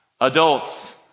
adults